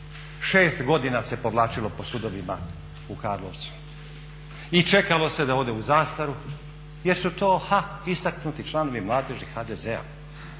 6 godina se povlačilo po sudovima u Karlovcu i čekalo se da ode u zastaru, jer su to, ha istaknuti članovi Mladeži HDZ-a.